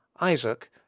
Isaac